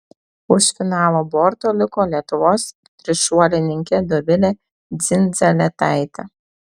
už finalo borto liko lietuvos trišuolininkė dovilė dzindzaletaitė